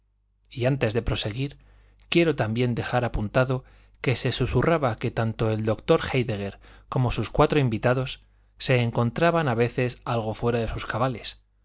y antes de proseguir quiero también dejar apuntado que se susurraba que tanto el doctor héidegger como sus cuatro invitados se encontraban a veces algo fuera de sus cabales